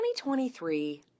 2023